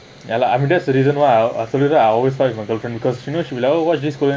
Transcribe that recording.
ya lah I mean that's the reason why I always fight for because she knows she this korean